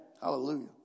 hallelujah